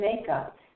makeup